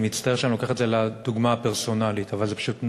מצטער שאני לוקח את זה לדוגמה הפרסונלית אבל זה פשוט נוח.